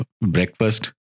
breakfast